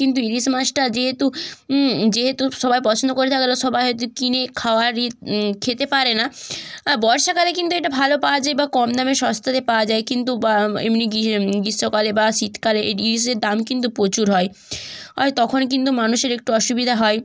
কিন্তু ইলিশ মাছটা যেহেতু যেহেতু সবাই পছন্দ করে থাকলে সবাই হয়তো কিনে খাওয়ারই খেতে পারে না বর্ষাকালে কিন্তু এটা ভালো পাওয়া যায় বা কম দামে সস্তাতে পাওয়া যায় কিন্তু বা এমনি গ্রীষ্মকালে বা শীতকালে এটি ইলিশের দাম কিন্তু প্রচুর হয় আর তখন কিন্তু মানুষের একটু অসুবিধা হয়